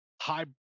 high